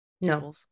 no